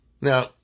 Now